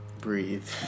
breathe